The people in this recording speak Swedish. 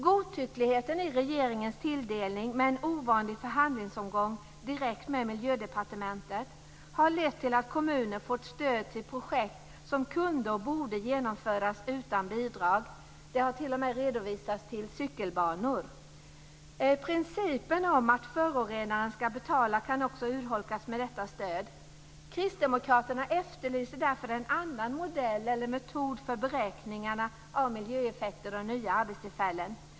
Godtyckligheten i regeringens tilldelning, med en ovanlig förhandlingsomgång direkt med Miljödepartementet, har lett till att kommuner fått stöd till projekt som kunde och borde genomföras utan bidrag. Det har t.o.m. redovisats stöd till cykelbanor. Principen om att förorenaren ska betala kan också urholkas med detta stöd. Kristdemokraterna efterlyser därför en annan modell eller metod för beräkningarna av miljöeffekter och nya arbetstillfällen.